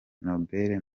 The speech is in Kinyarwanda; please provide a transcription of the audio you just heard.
noble